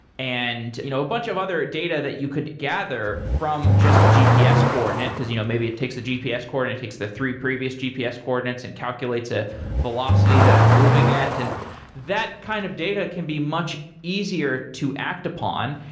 and you know a bunch of other data that you could gather from just a gps coordinate, because you know maybe it takes the gps coordinate, takes the three previous gps coordinates and calculates the ah velocity that i'm moving at and that kind of data can be much easier to act upon.